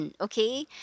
okay